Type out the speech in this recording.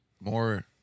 more